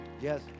Yes